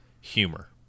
humor